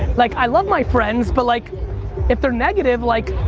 like i love my friends, but like if they're negative, like